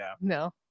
no